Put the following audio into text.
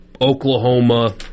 Oklahoma